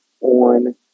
on